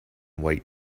white